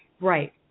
Right